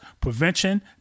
prevention